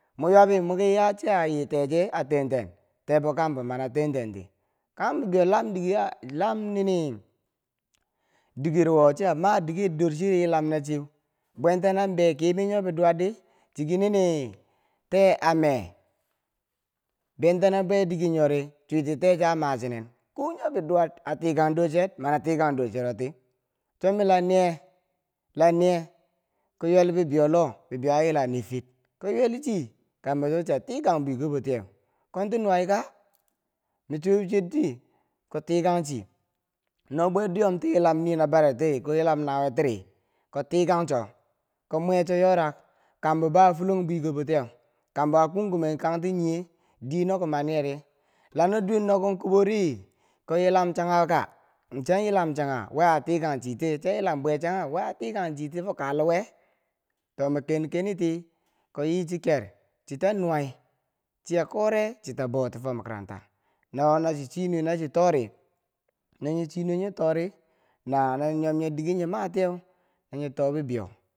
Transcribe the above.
mwi ywabi mwiki ya chiya yi teche a teenten tebbo kanghembo mani a tenten ti. kanghem bibeyo lam diker ya lam nini dikero wo chiya ma diker dor cher yilam na cheu, bwen ta na bee kemer nyo bi duwar di, chiki nini tee a me bwen tano be dike nyori chwiti teche a ma chinen ko nyo bi duwar a tikan dorcher, ma na tikang dor chero ti. cho mi la niye, niye, ko ywel bibeiyo loh bibeiyo a yila niffir. ko nywel chi kambo ya chiya tikang bwikobo tiyeu kom ti nuwai ka? mi cho bichuwot ti, ko tikang chi no bwe dwiyomti yilam nii nabare ti ko yilam nawiye tiri ko tikang cho, ko mwecho yorak kambo bo a fulong bwikobo tiyeu kambo a kung kumen kangti nyiye diye no kom maniye ri la no duwen no kom kubo ri, ko yilam changha ka? chiyan yilam changha we a tikang chi tiye? chian yilam bwe changha we atikang chii ti foh kaleweh? to mo ken keni tii, koyichi ker, chita nuwai chia kore, chita bou ti foh makaranta nawo nachi chii nuwe nachi too ri, no nyi chii nuwe nyi too ri na na nyi nyom nye diker nya matiyeu, na nyi too bibeiyo.